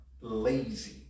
lazy